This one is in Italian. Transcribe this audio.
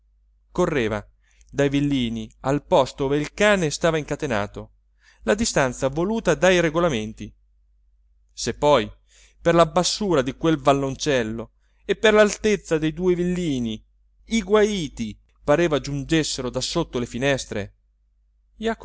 correva dai villini al posto ove il cane stava incatenato la distanza voluta dai regolamenti se poi per la bassura di quel valloncello e per l'altezza dei due villini i guaiti pareva giungessero da sotto le finestre